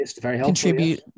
contribute